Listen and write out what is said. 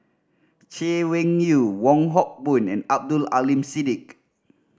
Chay Weng Yew Wong Hock Boon and Abdul Aleem Siddique